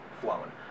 flowing